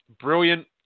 Brilliant